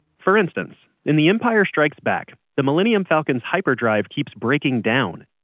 for instance, in the empire strikes back, the millennium falcon's hyperdrive keeps breaking down.